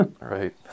right